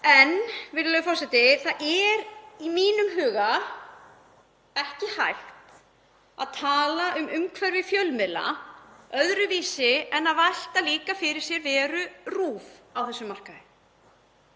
frá. Virðulegur forseti. Það er í mínum huga ekki hægt að tala um umhverfi fjölmiðla öðruvísi en að velta líka fyrir sér veru RÚV á þessum markaði.